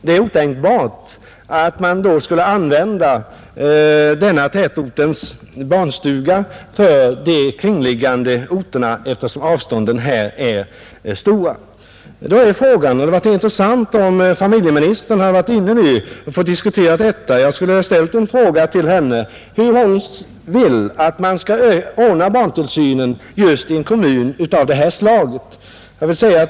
Det är otänkbart att man då skulle använda denna tätorts barnstuga för de kringliggande orterna eftersom avstånden är stora, Om familjeministern funnits här inne nu hade det varit intressant att diskutera detta med henne. Jag skulle ha velat fråga henne hur hon vill att man skall ordna barntillsynen i en kommun av just det här slaget.